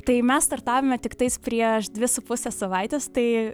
tai mes startavome tiktais prieš dvi su puse savaitės tai